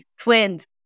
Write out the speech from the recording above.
Twins